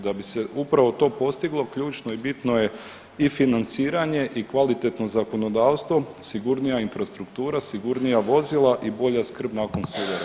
Da bi se upravo to postiglo ključno i bitno je i financiranje i kvalitetno zakonodavstvo, sigurnija infrastruktura, sigurnija vozila i bolja skrb nakon sudara.